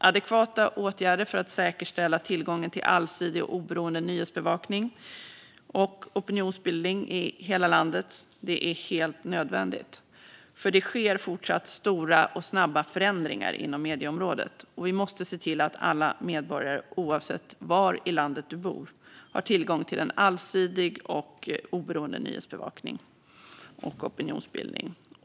Adekvata åtgärder för att säkerställa tillgången till allsidig och oberoende nyhetsbevakning och opinionsbildning i hela landet är helt nödvändiga eftersom det fortsätter ske stora och snabba förändringar inom medieområdet, och vi måste se till att alla medborgare, oavsett var i landet man bor, har tillgång till allsidig och oberoende nyhetsbevakning och opinionsbildning.